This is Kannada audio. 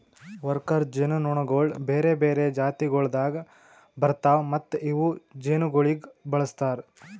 ವರ್ಕರ್ ಜೇನುನೊಣಗೊಳ್ ಬೇರೆ ಬೇರೆ ಜಾತಿಗೊಳ್ದಾಗ್ ಬರ್ತಾವ್ ಮತ್ತ ಇವು ಜೇನುಗೊಳಿಗ್ ಬಳಸ್ತಾರ್